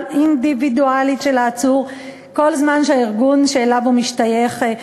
אינדיבידואלית של העצור כל זמן שהארגון שאליו הוא משתייך,